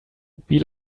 wie